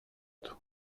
του